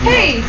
Hey